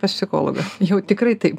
pas psichologą jau tikrai taip